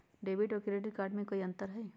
Debit और credit card में कई अंतर हई?